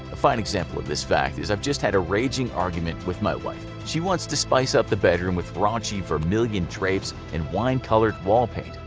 a fine example of this fact is i've just had a raging argument with my wife. she wants to spice-up the bedroom with raunchy vermillion drapes and wine-colored wall paint.